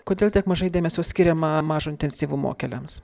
kodėl tiek mažai dėmesio skiriama mažo intensyvumo keliams